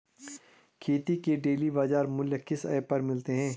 खेती के डेली बाज़ार मूल्य किस ऐप पर मिलते हैं?